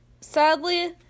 sadly